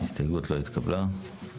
ההסתייגות לא התקבלה.